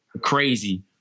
crazy